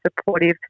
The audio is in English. supportive